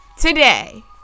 Today